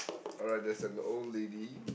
alright there's an old lady